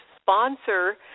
sponsor